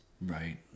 Right